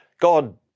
God